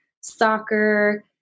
soccer